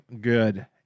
good